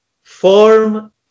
form